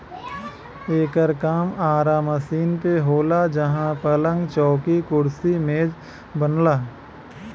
एकर काम आरा मशीन पे होला जहां पलंग, चौकी, कुर्सी मेज बनला